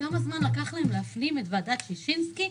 כמה זמן לקח להם להפנים את ועדת שישינסקי.